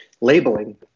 labeling